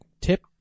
tip